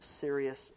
serious